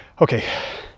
okay